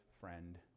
friend